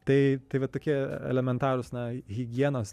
tai tai va tokie elementarūs na higienos